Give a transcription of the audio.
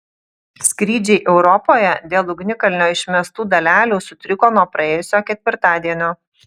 skrydžiai europoje dėl ugnikalnio išmestų dalelių sutriko nuo praėjusio ketvirtadienio